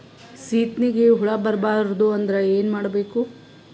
ಸೀತ್ನಿಗೆ ಹುಳ ಬರ್ಬಾರ್ದು ಅಂದ್ರ ಏನ್ ಮಾಡಬೇಕು?